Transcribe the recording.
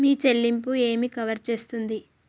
మీ చెల్లింపు ఏమి కవర్ చేస్తుంది?